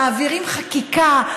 מעבירים חקיקה,